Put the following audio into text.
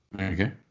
Okay